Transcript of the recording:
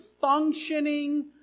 functioning